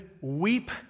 weep